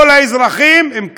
יפסיקו כל האזרחים, אם כך.